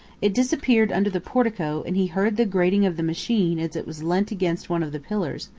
it disappeared under the portico and he heard the grating of the machine as it was leant against one of the pillars,